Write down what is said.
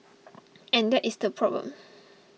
and that is the problem